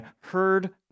heard